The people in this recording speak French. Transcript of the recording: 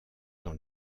dans